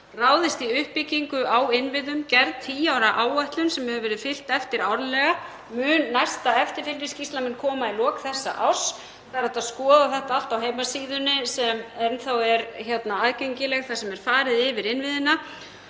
ráðist í uppbyggingu á innviðum, gerð tíu ára áætlun sem hefur verið fylgt eftir árlega. Næsta eftirfylgniskýrsla mun koma í lok þessa árs. Það er hægt að skoða þetta allt á heimasíðunni sem enn er aðgengileg, þar sem farið er yfir innviðina.